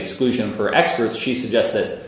exclusion for extra she suggests that